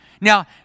Now